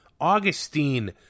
Augustine